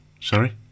sorry